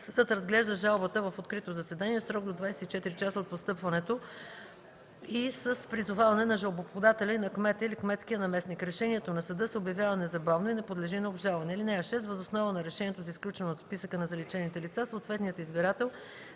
Съдът разглежда жалбата в открито заседание в срок до 24 часа от постъпването й с призоваване на жалбоподателя и на кмета или кметския наместник. Решението на съда се обявява незабавно и не подлежи на обжалване.